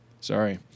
sorry